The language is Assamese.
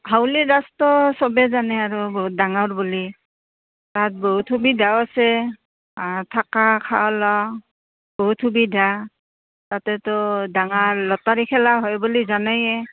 হাউলীৰ ৰাসটো সবে জানে আৰু বহুত ডাঙৰ বুলি তাত বহুত সুবিধাও আছে থাকা খোৱা লোৱা বহুত সুবিধা তাতেতো ডাঙৰ লটাৰী খেলা হয় বুলি জানেইয়ে